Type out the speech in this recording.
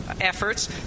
efforts